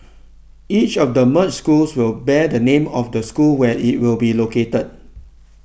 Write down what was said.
each of the merged schools will bear the name of the school where it will be located